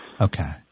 Okay